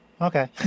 okay